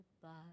goodbye